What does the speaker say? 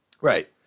Right